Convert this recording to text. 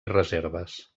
reserves